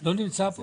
לא נמצאים פה